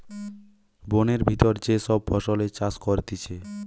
বোনের ভিতর যে সব ফসলের চাষ করতিছে